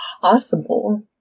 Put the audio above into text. possible